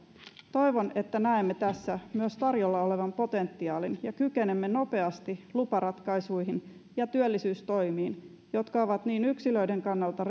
toivon että näemme tässä myös tarjolla olevan potentiaalin ja kykenemme nopeasti luparatkaisuihin ja työllisyystoimiin jotka ovat niin yksilöiden kannalta